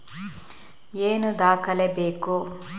ಏನು ದಾಖಲೆ ಬೇಕು?